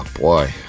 boy